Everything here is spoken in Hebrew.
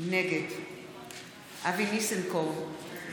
נגד אבי ניסנקורן,